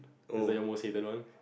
is like your most hated one